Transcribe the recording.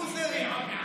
לוזרים.